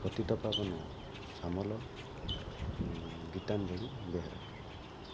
Patitapaban Samal Gitanjali Behera